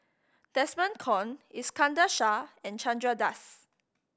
Desmond Kon Iskandar Shah and Chandra Das